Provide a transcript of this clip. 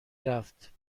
رفت